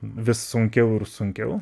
vis sunkiau ir sunkiau